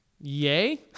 yay